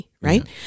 right